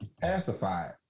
Pacified